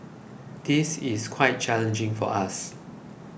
this is quite challenging for us